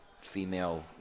female